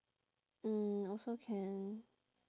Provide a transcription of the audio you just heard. mm also can